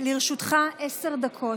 לרשותך עשר דקות.